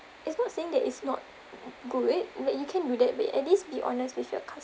it's not saying that it's not good but you can do that way at least be honest with your cus~